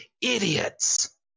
Idiots